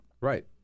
Right